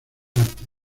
artes